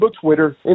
Twitter